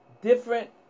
Different